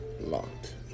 Locked